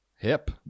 Hip